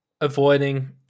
Avoiding